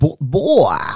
boy